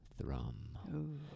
thrum